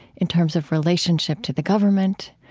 in terms of relationship to the government,